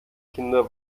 kinder